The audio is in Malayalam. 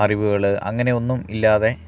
അറിവുകള് അങ്ങനെ ഒന്നും ഇല്ലാതെ